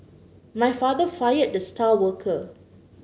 my father fired the star worker